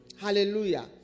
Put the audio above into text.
hallelujah